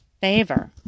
favor